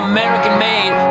American-made